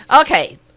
Okay